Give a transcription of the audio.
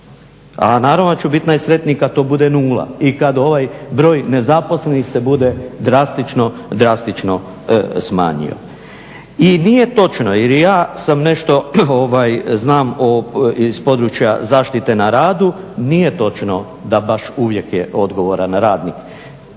A naravno da ću biti najsretniji kada to bude 0 i kada ovaj broj nezaposlenih se bude drastično, drastično smanjio. I nije točno jer i ja sam nešto, ovaj znam iz područja Zaštite na radu, nije točno da baš uvijek je odgovoran radnik.